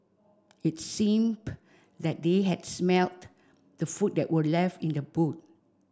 it seemed that they had smelt the food that were left in the boot